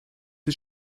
ist